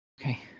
Okay